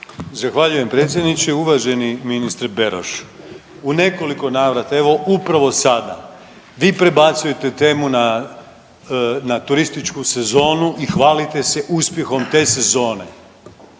Zahvaljujem predsjedniče. Uvaženi ministre Beroš. U nekoliko navrata, evo upravo sada vi prebacujete temu na turističku sezonu i hvalite se uspjehom te sezone.